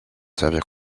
servir